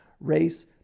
race